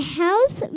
house